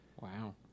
Wow